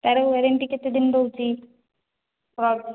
ତା'ର ୱାରେଣ୍ଟି କେତେ ଦିନ ରହୁଛି